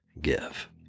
give